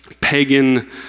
pagan